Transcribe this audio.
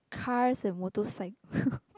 cars and motorcy~